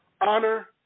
honor